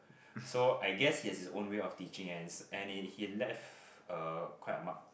so I guess he has his own way of teaching and and he he left uh quite a mark